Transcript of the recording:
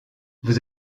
vous